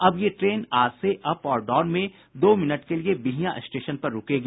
अब ये ट्रेन आज से अप और डाउन में दो मिनट के लिए बिहियां स्टेशन पर रूकेगी